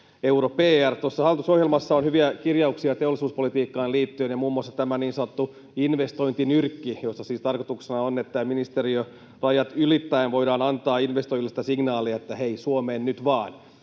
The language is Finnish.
Hallitusohjelmassa on hyviä kirjauksia teollisuuspolitiikkaan liittyen, muun muassa tämä niin sanottu investointinyrkki, jossa siis tarkoituksena on, että ministeriörajat ylittäen voidaan antaa investoinnista signaali, että hei, Suomeen nyt vaan.